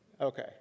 Okay